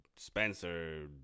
Spencer